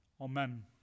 Amen